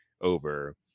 over